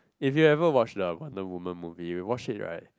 if you ever watch the Wonder-Woman movie if you watch it right